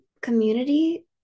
community